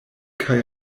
kaj